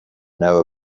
know